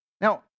Now